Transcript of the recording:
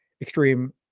extreme